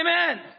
Amen